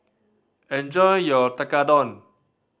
enjoy your Tekkadon